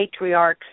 matriarch